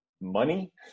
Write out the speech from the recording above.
money